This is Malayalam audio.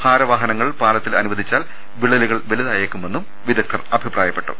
ഭാരവാഹനങ്ങൾ പാലത്തിൽ അനുവദിച്ചാൽ വിള്ളലുകൾ വലുതായേക്കാമെന്നും വിദഗ്ധർ അഭിപ്രായപ്പെട്ടു